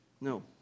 No